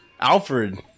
Alfred